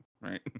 Right